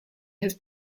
has